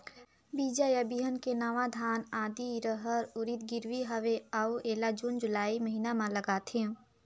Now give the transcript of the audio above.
बीजा या बिहान के नवा धान, आदी, रहर, उरीद गिरवी हवे अउ एला जून जुलाई महीना म लगाथेव?